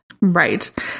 Right